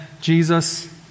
Jesus